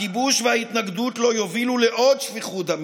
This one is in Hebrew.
הכיבוש וההתנגדות לו יובילו לעוד שפיכות דמים.